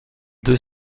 deux